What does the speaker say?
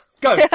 go